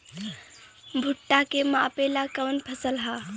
भूट्टा के मापे ला कवन फसल ह?